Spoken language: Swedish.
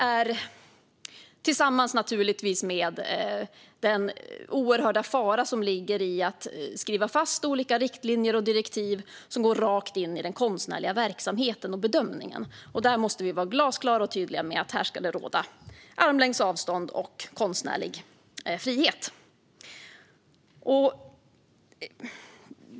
Det handlar naturligtvis också om den oerhörda fara som ligger i att skriva fast olika riktlinjer och direktiv som går rakt in i den konstnärliga verksamheten och bedömningen. Där måste vi vara glasklara och tydliga med att det ska råda armlängds avstånd och konstnärlig frihet.